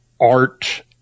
art